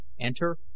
enter